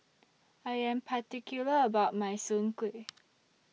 I Am particular about My Soon Kuih